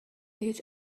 هیچ